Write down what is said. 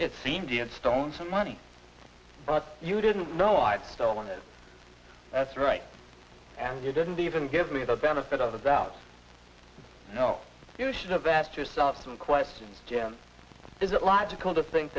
it seems and stone some money but you didn't know i wanted that's right and you didn't even give me the benefit of the valves now you should have asked yourself some questions jim is it logical to think